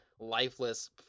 lifeless